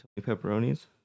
pepperoni's